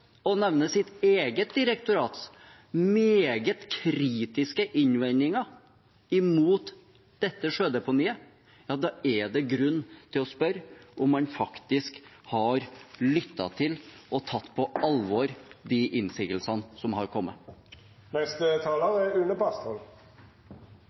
å nevne sitt eget direktorats meget kritiske innvendinger mot dette sjødeponiet, er det grunn til å spørre om man faktisk har lyttet til og tatt på alvor de innsigelsene som har